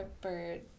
bird